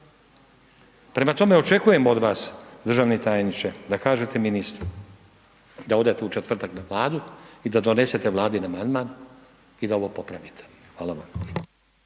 Prema tome očekujem od vas državni tajniče da kažete ministru da odete u četvrtak na Vladu i da donesete Vladin amandman i da ovo popravite. Hvala vam.